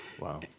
Wow